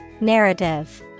Narrative